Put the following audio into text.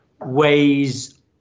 ways